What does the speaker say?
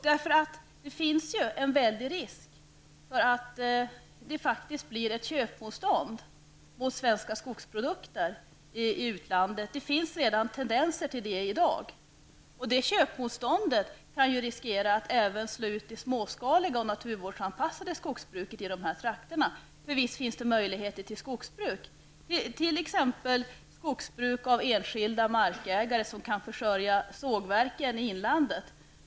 Det finns faktiskt en risk för att det blir ett köpmotstånd mot svenska skogsprodukter i utlandet. Det finns tendenser till detta redan i dag, och det köpmotståndet kan riskera att även slå ut det småskaliga och naturvårdsanpassade skogsbruket i dessa trakter. För visst finns det möjligheter till skogsbruk, t.ex. av enskilda markägare som kan försörja sågverken i inlandet.